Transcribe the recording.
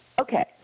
okay